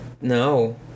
No